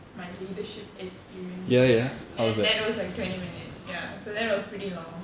my leadership experience here and then that was like twenty minutes ya so that was pretty long